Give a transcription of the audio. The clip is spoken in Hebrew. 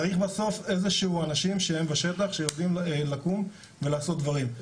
צריך בסוף איזה שהוא אנשים הם בשטח שיודעים לקום ולעשות דברים.